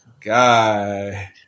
guy